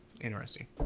interesting